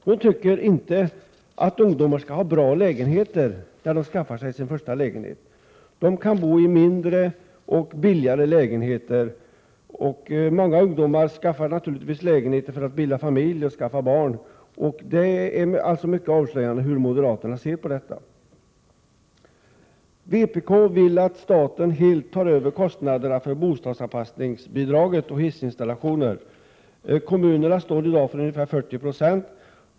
Hon tycker inte att ungdomarna skall ha bra lägenheter när de skaffar sin första bostad. De kan bo i mindre och billigare lägenheter. Men många ungdomar vill naturligtvis ha lägenhet därför att de vill bilda familj och skaffa barn. Hennes anförande avslöjar verkligen hur moderaterna ser på detta. Vpk vill att staten helt tar över kostnaderna för bostadsanpassningsbidraget och hissinstallationer. Kommunerna står i dag för 40 90.